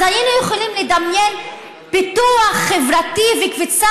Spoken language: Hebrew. אז היינו יכולים לדמיין פיתוח חברתי וקפיצה